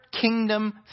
kingdom